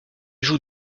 joue